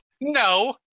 No